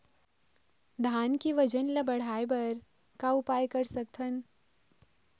धान के वजन ला बढ़ाएं बर का उपाय कर सकथन?